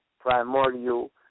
primordial